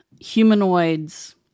humanoids